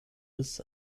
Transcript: bis